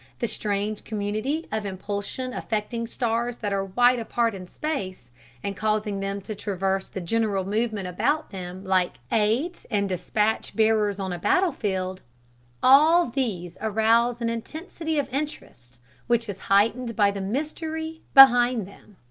the strange community of impulsion affecting stars that are wide apart in space and causing them to traverse the general movement about them like aides and despatch-bearers on a battle-field all these arouse an intensity of interest which is heightened by the mystery behind them.